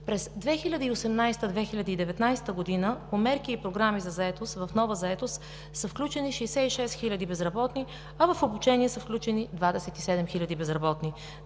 През 2018 – 2019 г. по мерки и програми за заетост в „Нова заетост“ са включени 66 хиляди безработни, а в „Обучение“ са включени 27 хиляди безработни.